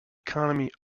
economy